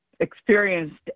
experienced